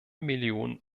millionen